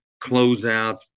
closeout